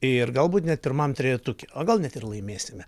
ir galbūt net pirmam trejetuke o gal net ir laimėsime